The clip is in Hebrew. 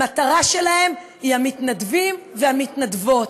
המטרה שלהם היא המתנדבים והמתנדבות: